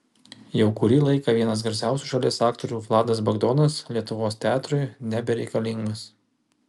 jau kurį laiką vienas garsiausių šalies aktorių vladas bagdonas lietuvos teatrui nebereikalingas